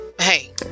hey